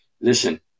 listen